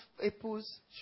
épouse